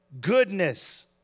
goodness